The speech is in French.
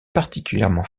particulièrement